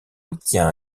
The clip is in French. obtient